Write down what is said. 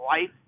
life